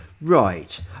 Right